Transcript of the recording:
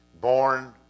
born